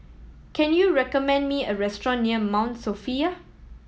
can you recommend me a restaurant near Mount Sophia